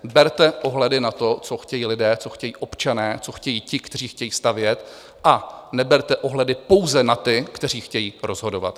Berte ohledy na to, co chtějí lidé, co chtějí občané, co chtějí ti, kteří chtějí stavět, a neberte ohledy pouze na ty, kteří chtějí rozhodovat.